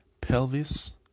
pelvis